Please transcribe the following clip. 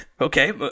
okay